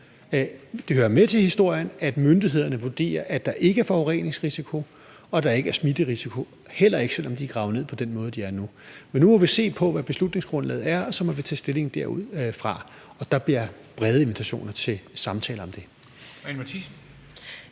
Det hører med til historien, at myndighederne vurderer, at der ikke er forureningsrisiko, og at der ikke er smitterisiko, heller ikke selv om de er gravet ned på den måde, de er nu. Men nu må vi se på, hvad beslutningsgrundlaget er, og så må vi tage stilling derudfra. Og der bliver brede invitationer til samtaler om det.